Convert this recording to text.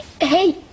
Hey